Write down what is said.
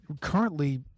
currently